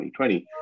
2020